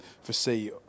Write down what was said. foresee